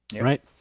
Right